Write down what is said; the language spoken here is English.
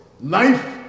life